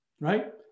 Right